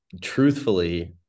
Truthfully